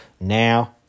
now